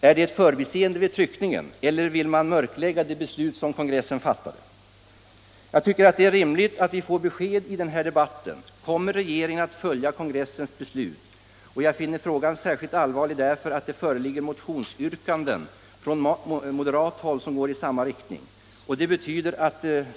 Är det ett förbiseende vid tryckningen eller vill partiet mörklägga det beslut som kongressen fattade? Jag tycker det är rimligt att vi får besked i den här debatten. Kommer regeringen att följa upp kongressens beslut? Frågan är särskilt allvarlig därför att det föreligger motionsyrkanden från moderathåll som går i samma riktning.